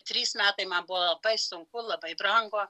trys metai man buvo labai sunku labai brangu